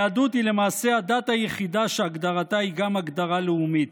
היהדות היא למעשה הדת היחידה שהגדרתה היא גם הגדרה לאומית.